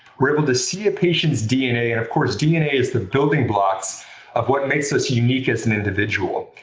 we're able to see a patient's dna. and of course, dna is the building blocks of what makes us unique as an individual.